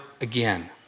again